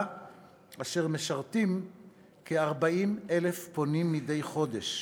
והם משרתים כ-40,000 פונים מדי חודש.